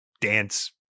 dance